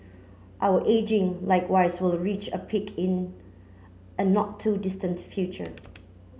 our ageing likewise will reach a peak in a not too distant future